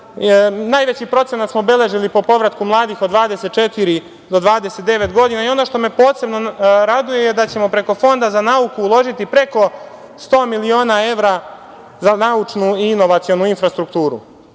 mladih. Najveći procenat smo beležili po povratku mladih od 24 do 29 godina i ono što me posebno raduje je da ćemo preko Fonda za nauku uložiti preko 100 miliona evra za naučnu i inovacionu infrastrukturu.